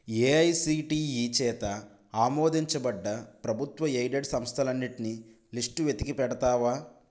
AICTE చేత ఆమోదించబడ్డ ప్రభుత్వ ఎయిడెడ్ సంస్థలన్నిటిని లిస్టు వెతికి పెడతావా